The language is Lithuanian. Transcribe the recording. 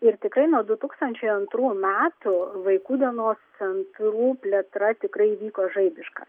ir tikrai nuo du tūkstančiai antrų metų vaikų dienos centrų plėtra tikrai įvyko žaibiška